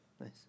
nice